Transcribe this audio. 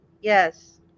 yes